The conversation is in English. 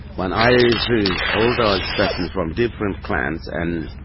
when i see all those patterns from different clans and